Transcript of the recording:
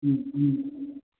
ꯎꯝ ꯎꯝ